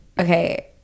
Okay